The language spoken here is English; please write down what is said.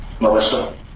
Melissa